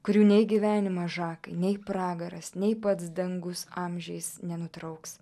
kurių nei gyvenimas žakai nei pragaras nei pats dangus amžiais nenutrauks